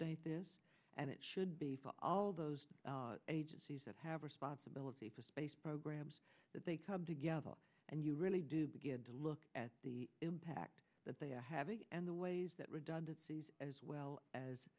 this and it should be for all those agencies that have responsibility for space programs that they come together and you really do begin to look at the impact that they are having and the ways that redundancies as well as